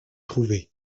trouvés